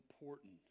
important